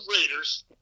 Raiders